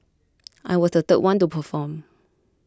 I was the third one to perform